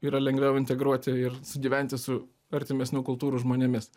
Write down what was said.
yra lengviau integruoti ir sugyventi su artimesnių kultūrų žmonėmis